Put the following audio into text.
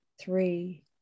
three